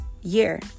year